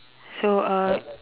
so uh